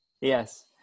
Yes